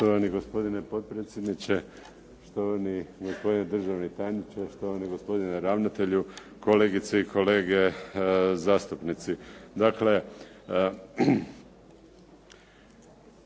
Štovani gospodine potpredsjedniče, štovani gospodine državni tajniče, štovani gospodine ravnatelju, kolegice i kolege zastupnici.